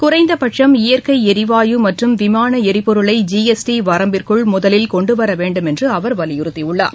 குறைந்தபட்சும் இயற்கை எரிவாயு மற்றும் விமான எரிபொருளை ஜிஎஸ்டி வரம்பிற்குள் முதலில் கொண்டுவர வேண்டும் என்று வலியுறுத்தியுள்ளார்